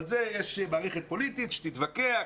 על זה יש מערכת פוליטית שתתווכח,